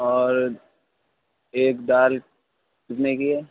اور ایک دال کتنے کی ہے